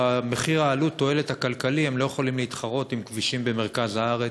במחיר העלות תועלת הכלכלי הם לא יכולים להתחרות עם כבישים במרכז הארץ,